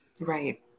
Right